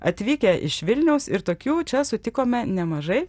atvykę iš vilniaus ir tokių čia sutikome nemažai